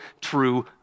true